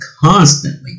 constantly